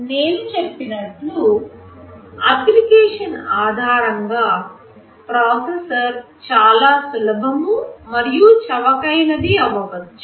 నేను చెప్పినట్లు అప్లికేషన్ ఆధారం గా ప్రాసెసర్ చాలా సులభం మరియు చవకైనది అవ్వచ్చు